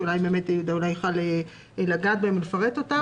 שאולי יהודה מירון יוכל לגעת בהם ולפרט אותם.